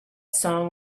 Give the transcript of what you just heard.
song